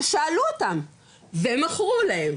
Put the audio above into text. ששאלו אותם ומכרו להם,